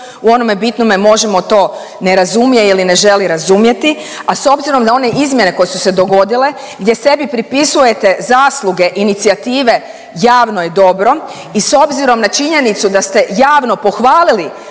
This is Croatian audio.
u onome bitnome Možemo! to ne razumije ili ne želi razumjeti, a s obzirom na one izmjene koje su se dogodile, gdje sebi pripisujete zasluge inicijative Javno je dobro i s obzirom na činjenicu da ste javno pohvalili